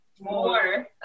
more